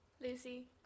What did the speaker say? Lucy